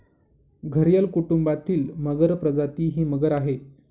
घरियल कुटुंबातील मगर प्रजाती ही मगर आहे